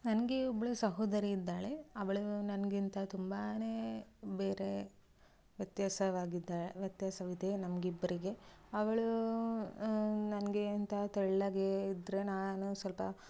ನನಗೆ ಒಬ್ಬಳು ಸಹೋದರಿ ಇದ್ದಾಳೆ ಅವಳು ನನಗಿಂತ ತುಂಬಾ ಬೇರೆ ವ್ಯತ್ಯಾಸವಾಗಿದ್ದಾ ವ್ಯತ್ಯಾಸವಿದೆ ನಮಗಿಬ್ರಿಗೆ ಅವಳು ನನಗಿಂತ ತೆಳ್ಳಗೆ ಇದ್ರೆ ನಾನು ಸ್ವಲ್ಪ